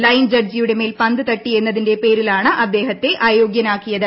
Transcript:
line ജഡ്ജിയുടെ മേൽ പന്ത് തട്ടി എന്നതിന്റെ പേരിലാണ് അദ്ദേഹത്തെ അയോഗ്യനാക്കിയത്